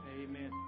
Amen